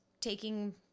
taking